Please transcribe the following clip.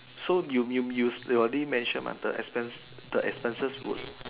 so you you you you already mentioned mah the expanse the expanses would